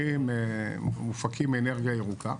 שהם מופקים מאנרגיה ירוקה.